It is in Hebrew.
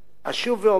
אשוב ואומר